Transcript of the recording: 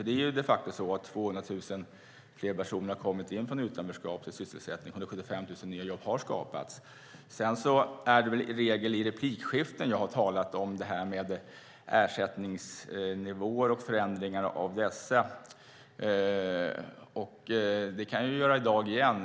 Det är de facto så att 200 000 fler personer har kommit in i sysselsättning från utanförskap och att 175 000 nya jobb har skapats. Det är väl i regel i replikskiften som jag har talat om ersättningsnivåer och förändringar av dessa. Det kan jag göra i dag också.